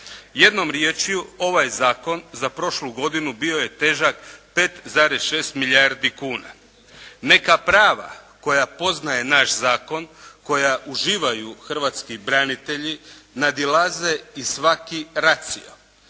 Jednom riječju, ovaj zakon za prošlu godinu bio je težak 5,6 milijardi kuna. Neka prava koja poznaje naš zakon koja uživaju hrvatski branitelji nadilaze i svaki ratio.